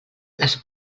les